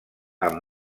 amb